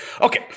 Okay